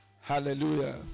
Hallelujah